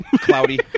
cloudy